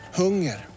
hunger